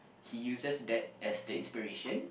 he uses that as the inspiration